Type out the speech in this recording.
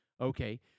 okay